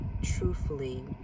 truthfully